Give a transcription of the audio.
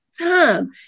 time